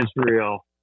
Israel